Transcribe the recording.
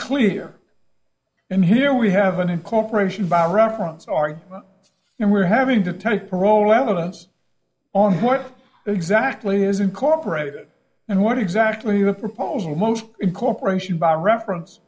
clear and here we have an incorporation by reference argument and we're having to type parole evidence on what exactly is incorporated and what exactly the proposal most incorporation by reference